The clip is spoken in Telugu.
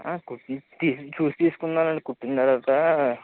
కుట్టినవి తీసి చూసి తీసుకుందామండి కుట్టిన తరువాత